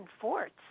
forts